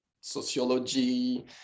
sociology